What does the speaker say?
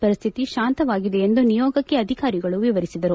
ಪರಿಸ್ಥಿತಿ ಶಾಂತವಾಗಿದೆ ಎಂದು ನಿಯೋಗಕ್ಕೆ ಅಧಿಕಾರಿಗಳು ವಿವರಿಸಿದರು